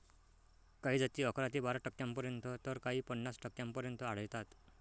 काही जाती अकरा ते बारा टक्क्यांपर्यंत तर काही पन्नास टक्क्यांपर्यंत आढळतात